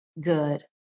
good